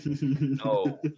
No